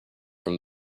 from